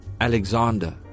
Alexander